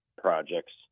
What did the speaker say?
projects